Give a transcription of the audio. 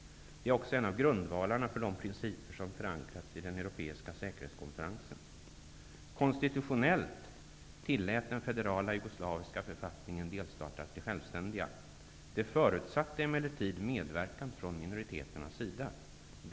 Det utgör också en av grundvalarna för de principer som förankrats i den europeiska säkerhetskonferensen. Konstitutionellt tillät den federala jugoslaviska författningen delstater att bli sjävständiga. Det förutsatte emellertid medverkan från minoriteternas sida.